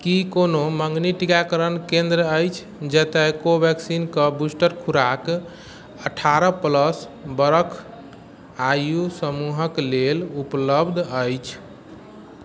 की कोनो मँगनी टीकाकरण केंद्र अछि जतय कोवेक्सिन कऽ बूस्टर खुराक अठारह प्लस बरख आयु समूहक लेल उपलब्ध अछि